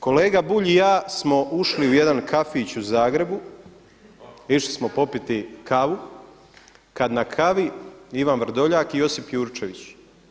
Kolega Bulj i ja smo ušli u jedan kafić u Zagrebu, išli smo popiti kavu, kad na kavi Ivan Vrdoljak i Josip Jurčević.